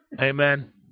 Amen